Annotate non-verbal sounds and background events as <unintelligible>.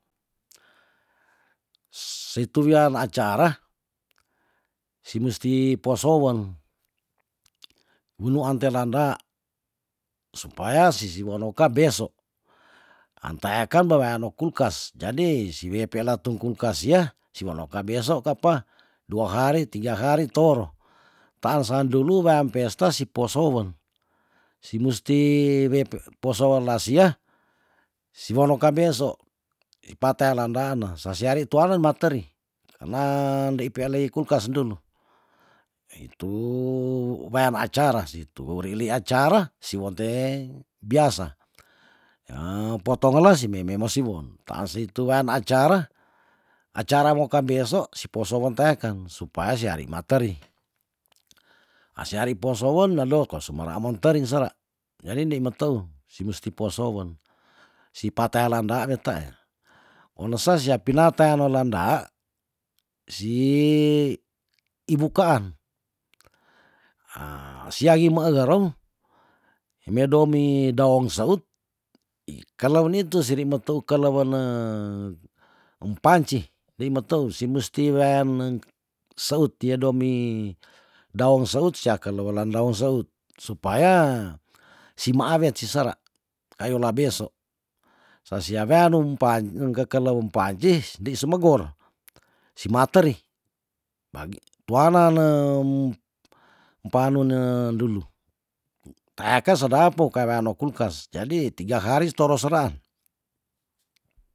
Sei tu wian acara se mesti posoen wunuan tela nda supaya si si wonokat beso anteaken be weano kulkas jadi sei wia pe letung kulkas sia si wonoka beso ka apa dua hari tiga hari toro taan sa dulu weam pesta si posowen si musti we pe poso laasia si wono ka beso de patea landane sa siari tuane materi karna ndei peilei kulkas ndulu itu wean acara si turi li acara si wonte bias <hesitation> potong ele si mei me siwen taan sei tu wean acara acara moka beso si poso wen teaken supaya si ari materi <noise> ase ari posowen ado ko sumera moonteri sera jadi nei meteu si musti posowen si patea landaa wetae onose sia penatea nolandaa si ibu kaan ha sia im meegerem ime domi daong sewut ih keluo nitu siri meteu kele wene empanci ndei me teu se mesti wean neng seut tia domi daong seut sea kelaolan daong seut supaya si ma awet si sera kayola beso sa sia wea numpaan ngkekela umpaancis ndei sumegor si maateri ba g tuanane <unintelligible> panu ne dulu ku teaken sedap mou kera ano kulkas jadi tiga haris toro senang